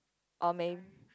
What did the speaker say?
or may